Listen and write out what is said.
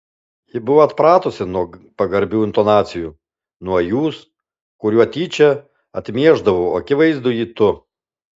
ji buvo atpratusi nuo pagarbių intonacijų nuo jūs kuriuo tyčia atmiešdavau akivaizdųjį tu